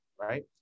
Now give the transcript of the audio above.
right